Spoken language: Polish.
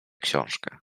książkę